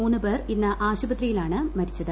മൂന്നുപേർ ഇന്ന് ആശുപത്രിയിലാണ് മരിച്ചത്